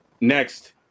Next